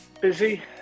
Busy